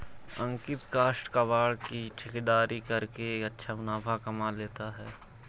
अंकित काष्ठ कबाड़ की ठेकेदारी करके अच्छा मुनाफा कमा लेता है